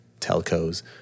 telcos